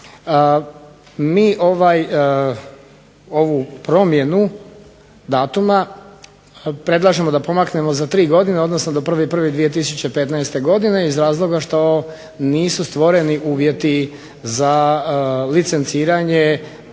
Mi ovu promjenu datuma predlažemo da pomaknemo za tri godine, odnosno do 1.1.2015. godine iz razloga što nisu stvoreni uvjeti za licenciranje,